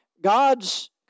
God's